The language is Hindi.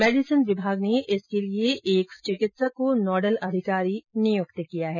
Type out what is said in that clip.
मेडिसिन विभाग ने इसके लिये एक डॉक्टर को नॉडल अधिकारी नियुक्त किया है